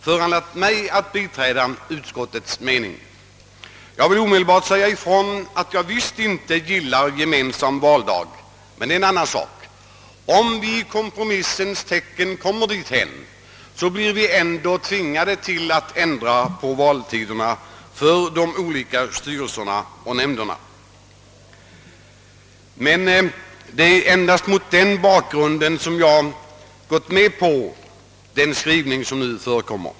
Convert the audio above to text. Jag vill omedelbart deklarera att jag inte gillar förslaget om en gemensam valdag — detta av många skäl, som jag nu inte skall gå in på men om vi i kompromissens tecken kommer dithän, blir vi tvingade att ändra på valtiderna även för de olika kommunala styrelserna och nämnderna. Det är mot den bakgrunden som jag gått med på den skrivning som här föreligger.